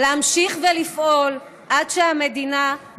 להמשיך לפעול עד שהמדינה תיקח אחריות על הפשע המאורגן הזה,